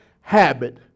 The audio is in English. habit